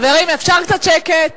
חברים, אפשר קצת שקט?